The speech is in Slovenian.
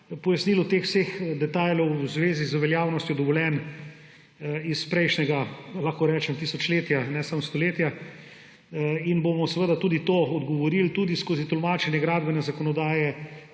pojasnilu vseh teh detajlov v zvezi z veljavnostjo dovoljenj iz prejšnjega, lahko rečem, tisočletja, ne samo stoletja. In bomo tudi odgovorili, tudi skozi tolmačenje gradbene zakonodaje,